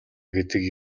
гэдэг